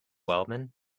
wellman